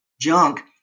junk